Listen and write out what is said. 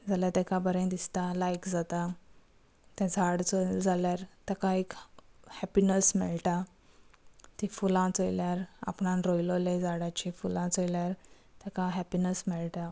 जाल्यार ताका बरें दिसता लायक जाता तें झाड चोयले जाल्यार ताका एक हॅपिनस मेळटा ती फुलां चयल्यार आपणान रोयलो झाडाची फुलां चयल्यार ताका हॅपिनस मेळटा